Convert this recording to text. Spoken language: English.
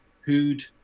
who'd